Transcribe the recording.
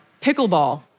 pickleball